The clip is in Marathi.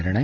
निर्णय